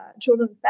children's